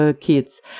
kids